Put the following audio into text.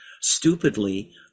stupidly